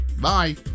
bye